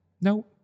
no